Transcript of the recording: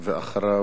אחריו,